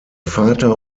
vater